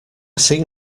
see